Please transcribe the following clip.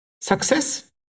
Success